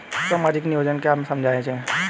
सामाजिक नियोजन क्या है समझाइए?